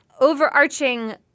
overarching